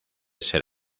ser